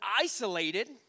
isolated